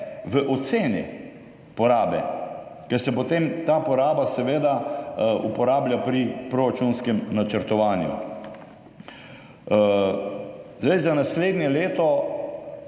v oceni porabe, ker se potem ta poraba seveda uporablja pri proračunskem načrtovanju. Ta velik